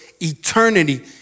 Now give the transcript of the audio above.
eternity